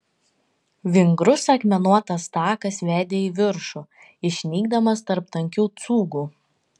vingrus akmenuotas takas vedė į viršų išnykdamas tarp tankių cūgų